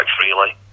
freely